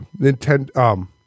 Nintendo